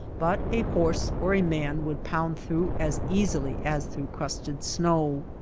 but a horse or a man would pound through as easily as through crusted snow.